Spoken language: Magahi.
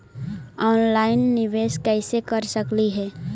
ऑनलाइन निबेस कैसे कर सकली हे?